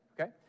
okay